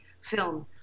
film